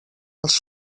els